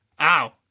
ow